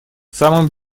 самым